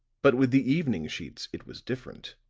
but with the evening sheets it was different.